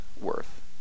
worth